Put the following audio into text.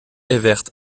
evert